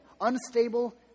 unstable